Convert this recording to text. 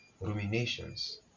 ruminations